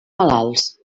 malalts